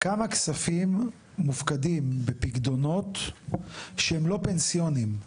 כמה כספים מופקדים בפיקדונות שהם לא פנסיוניים?